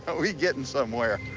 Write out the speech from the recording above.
but we gettin' somewhere.